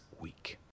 week